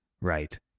right